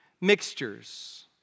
mixtures